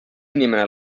inimene